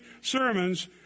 sermons